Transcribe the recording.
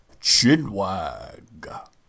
chinwag